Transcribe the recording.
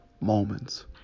moments